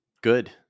Good